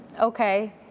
okay